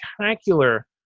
spectacular